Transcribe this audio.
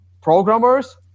programmers